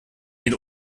den